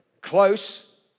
close